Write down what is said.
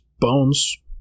Bones